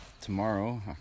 Tomorrow